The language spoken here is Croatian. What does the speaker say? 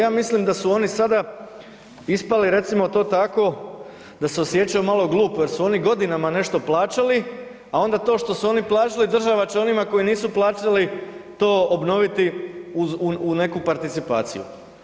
Ja mislim da su oni sada ispali recimo to tako da se osjećaju malo glupo jer su oni godinama nešto plaćali, a onda to što su oni plaćali država će onima koji nisu plaćali to obnoviti u neku participaciju.